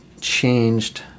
changed